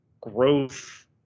growth